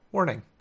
Warning